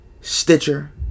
Stitcher